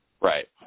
Right